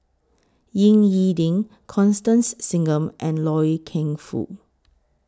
Ying E Ding Constance Singam and Loy Keng Foo